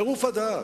טירוף הדעת.